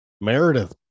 Meredith